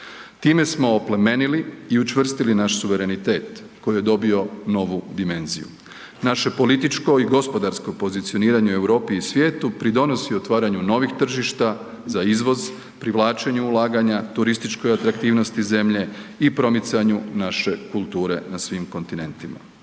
Time smo oplemenili u učvrstili naš suverenitet koji je dobio novu dimenziju. Naše političko i gospodarsko pozicioniranje u Europi i svijetu pridonosi otvaranju novih tržišta za izvoz, privlačenju ulaganja, turističkoj atraktivnosti zemlje i promicanju naše kulture na svim kontinentima.